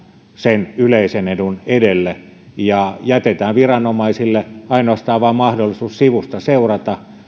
sen yleisen edun edelle ja jätetään viranomaisille ainoastaan mahdollisuus sivusta seurata